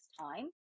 time